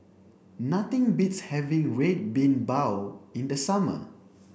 nothing beats having red bean bao in the summer